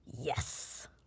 yes